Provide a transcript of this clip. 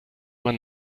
man